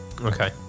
okay